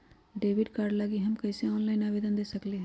Debit card लागी हम कईसे ऑनलाइन आवेदन दे सकलि ह?